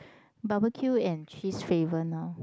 barbecue and cheese flavor now